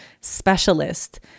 specialist